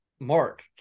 mark